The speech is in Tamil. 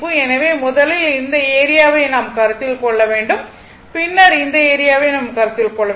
எனவே முதலில் இந்த ஏரியாவை நாம் கருத்தில் கொள்ள வேண்டும் பின்னர் இந்த ஏரியாவை நாம் கருத்தில் கொள்ள வேண்டும்